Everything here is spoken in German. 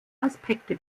aspekte